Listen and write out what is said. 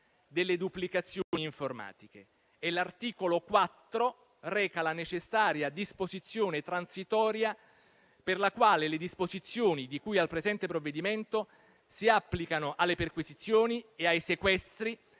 delle duplicazioni informatiche. L'articolo 4 reca la necessaria disposizione transitoria per la quale le disposizioni di cui al presente provvedimento si applicano alle perquisizioni e ai sequestri